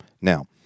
Now